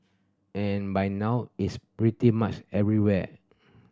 and by now is pretty much everywhere